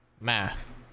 Math